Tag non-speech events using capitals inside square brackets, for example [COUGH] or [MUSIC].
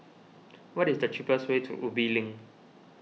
[NOISE] what is the cheapest way to Ubi Link